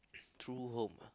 true home ah